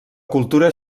cultura